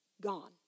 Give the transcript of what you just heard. Gone